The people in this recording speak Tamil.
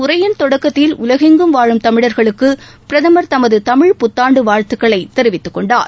உரையின் தொடக்கத்தில் உலகெங்கும் வாழும் தமிழர்களுக்கு பிரதமர் தமது தமிழ் புத்தாண்டு தமத வாழ்த்துக்களை தெரிவித்துக்கொண்டார்